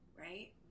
Right